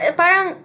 parang